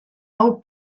hau